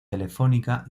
telefónica